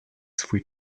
swój